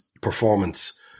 performance